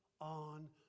on